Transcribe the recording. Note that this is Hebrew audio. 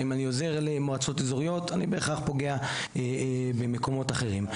אם אני עוזר למועצות אזוריות אני בהכרח פוגע במקומות אחרים.